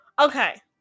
Okay